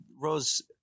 Rose